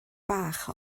bach